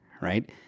right